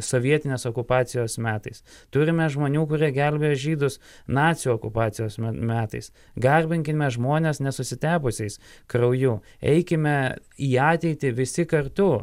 sovietinės okupacijos metais turime žmonių kurie gelbėjo žydus nacių okupacijos metais garbinkime žmones nesusitepusiais krauju eikime į ateitį visi kartu